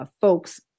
Folks